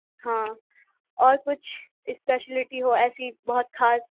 ہاں اور کچھ اسپیشیلیٹی ہو ایسی بہت خاص